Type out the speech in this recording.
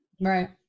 right